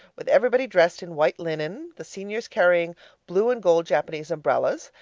with everybody dressed in white linen, the seniors carrying blue and gold japanese umbrellas,